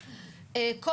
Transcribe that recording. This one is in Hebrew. מח"טים,